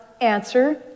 Answer